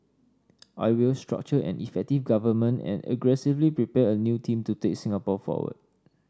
I will structure an effective Government and aggressively prepare a new team to take Singapore forward